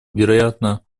вероятно